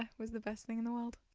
um was the best thing in the world.